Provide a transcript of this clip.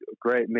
great